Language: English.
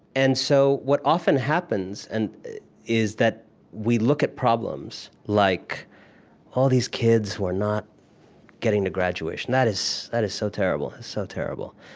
and so what often happens and is that we look at problems like all these kids who are not getting to graduation that is that is so terrible, so terrible.